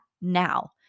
now